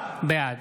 בעד